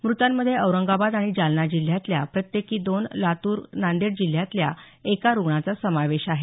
मृतांमध्ये औरंगाबाद आणि जालना जिल्ह्यातल्या प्रत्येकी दोन लातूर नांदेड जिल्ह्यातल्या एका रुग्णाचा समावेश आहे